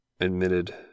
admitted